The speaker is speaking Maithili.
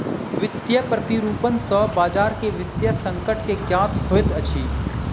वित्तीय प्रतिरूपण सॅ बजार के वित्तीय संकट के ज्ञात होइत अछि